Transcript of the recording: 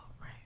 right